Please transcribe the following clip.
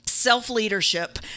Self-leadership